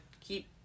keep